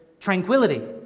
tranquility